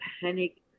panic